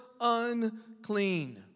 unclean